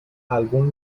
algún